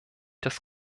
das